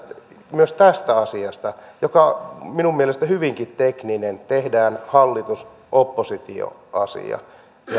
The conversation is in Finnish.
myös tästä asiasta joka on minun mielestäni hyvinkin tekninen tehdään hallitus oppositio asia